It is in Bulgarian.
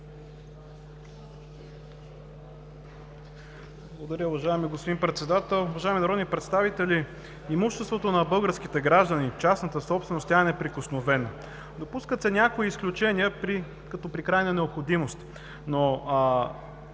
Благодаря, уважаеми господин Председател. Уважаеми народни представители, имуществото на българските граждани, частната собственост е неприкосновена. Допускат се някои изключения при крайна необходимост. Този,